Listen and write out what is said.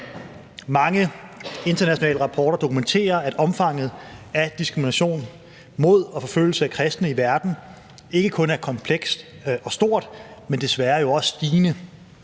Mange internationale rapporter dokumenterer, at omfanget af diskrimination mod og forfølgelse af kristne i verden ikke kun er komplekst og stort, men jo desværre også stigende.